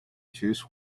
choose